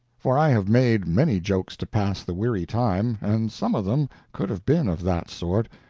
for i have made many jokes to pass the weary time, and some of them could have been of that sort,